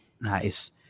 nice